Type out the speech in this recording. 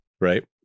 right